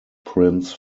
prince